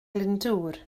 glyndŵr